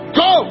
go